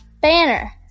banner